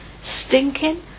stinking